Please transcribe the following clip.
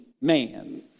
man